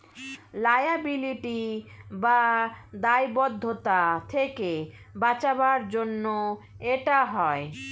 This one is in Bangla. লায়াবিলিটি বা দায়বদ্ধতা থেকে বাঁচাবার জন্য এটা হয়